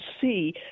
see